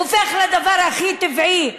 הופך לדבר הכי טבעי,